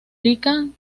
mil